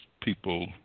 people